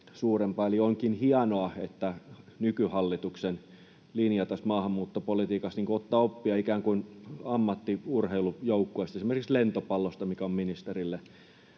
onkin hienoa, että nykyhallituksen linja tässä maahanmuuttopolitiikassa ottaa ikään kuin oppia ammattiurheilujoukkueista, esimerkiksi lentopallosta, mikä on ministerille